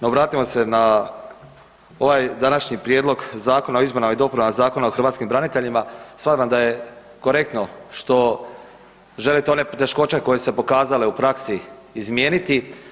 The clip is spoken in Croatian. No, vratimo se na ovaj današnji Prijedlog Zakona o izmjenama i dopunama Zakona o hrvatskim braniteljima, smatram da je korektno što želite one teškoće koje su se pokazale u praksi izmijeniti.